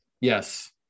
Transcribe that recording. yes